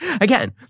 again